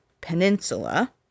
Peninsula